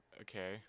okay